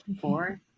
four